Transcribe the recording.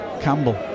Campbell